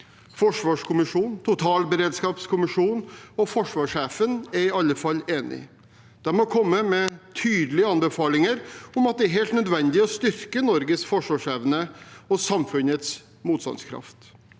Forsvarskommisjonen, totalberedskapskommisjonen og forsvarssjefen er i alle fall enig. De har kommet med tydelige anbefalinger om at det er helt nødvendig å styrke Norges forsvarsevne og samfunnets motstandskraft.